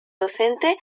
docente